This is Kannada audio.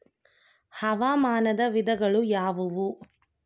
ಹವಾಮಾನದ ವಿಧಗಳು ಯಾವುವು?